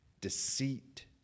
deceit